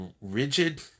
rigid